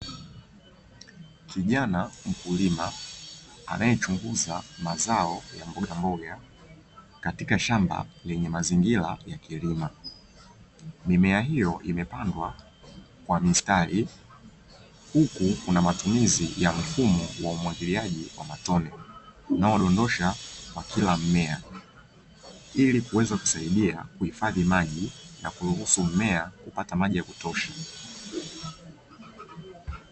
Kijana mkulima anayechunguza mazao ya mboga mboga katika shamba lenye mazingira ya kilima. Mimea hiyo imepandwa kwa mistari huku kuna matumizi ya mfumo wa umwagiliaji wa matone unaodondoshea kila mmea ili kuweza kusaidia kuhifadhi maji na kuruhusu mmea.. kupata maji ya kutosha